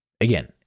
again